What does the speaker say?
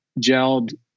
gelled